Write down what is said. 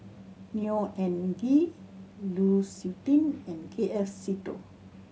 Neo Anngee Lu Suitin and K F Seetoh